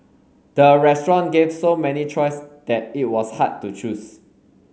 the restaurant gave so many choice that it was hard to choose